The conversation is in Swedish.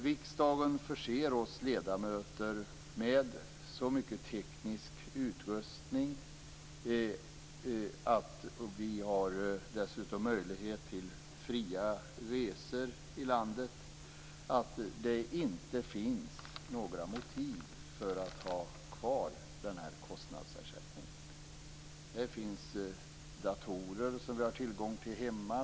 Riksdagen förser oss ledamöter med så mycket teknisk utrustning, och vi har dessutom möjlighet till fria resor i landet, att det inte finns några motiv för att ha kvar den här kostnadsersättningen. Det finns datorer som vi har tillgång till hemma.